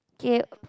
okay